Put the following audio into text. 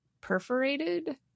perforated